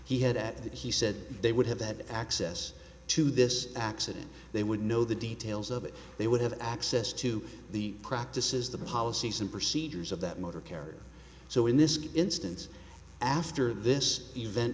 he had at that he said they would have that access to this accident they would know the details of it they would have access to the practices the policies and procedures of that motor carrier so in this instance after this event